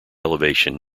elevation